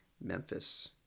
Memphis